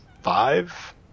five